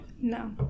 No